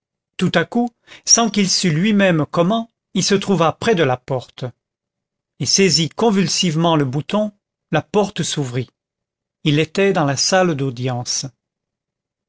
tout à coup sans qu'il sût lui-même comment il se trouva près de la porte il saisit convulsivement le bouton la porte s'ouvrit il était dans la salle d'audience